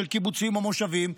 קיבוצים ומושבים,